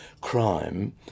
crime